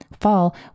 fall